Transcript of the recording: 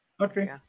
Okay